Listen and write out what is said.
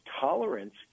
tolerance